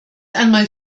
einmal